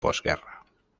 posguerra